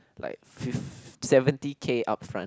like fif~ seventy K up front